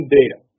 data